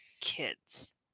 kids